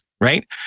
right